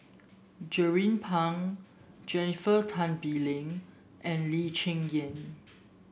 Jernnine Pang Jennifer Tan Bee Leng and Lee Cheng Yan